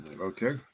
Okay